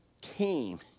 came